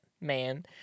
man